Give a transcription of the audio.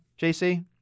JC